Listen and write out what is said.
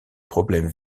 problèmes